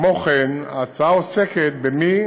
כמו כן, ההצעה עוסקת במי